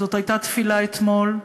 זו הייתה תפילה אתמול,